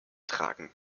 tragen